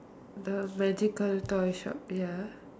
the magical toy shop ya